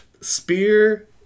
spear